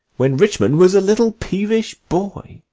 when richmond was a little peevish boy.